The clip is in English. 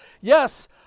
Yes